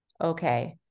okay